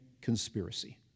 conspiracy